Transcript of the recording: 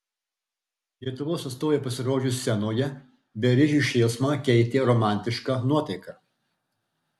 lietuvos atstovei pasirodžius scenoje beribį šėlsmą keitė romantiška nuotaika